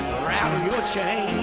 rattle your chains